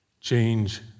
change